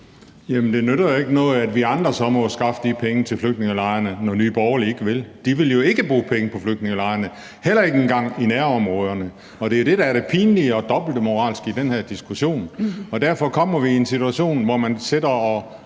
det nytter ikke noget, når vi andre så må skaffe de penge til flygtningelejrene, når Nye Borgerlige ikke vil. De vil jo ikke bruge penge på flygtningelejrene, ikke engang dem i nærområderne. Det er det, der er det pinlige og dobbeltmoralske i den her diskussion, og derfor kommer vi i en situation, hvor man står og